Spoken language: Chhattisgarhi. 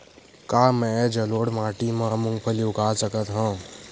का मैं जलोढ़ माटी म मूंगफली उगा सकत हंव?